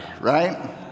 right